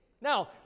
Now